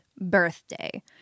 birthday